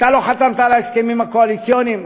אתה חתמת על ההסכמים הקואליציוניים?